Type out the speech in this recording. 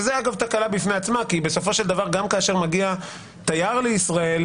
שזה תקלה בפני עצמה כי גם כשמגיע תייר לישראל,